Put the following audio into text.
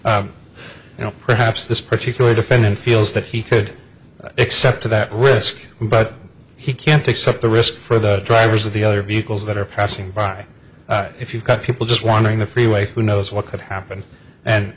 says you know perhaps this particular defendant feels that he could accept that risk but he can't accept the risk for the drivers of the other vehicles that are pressing by if you've got people just wandering the freeway who knows what could happen and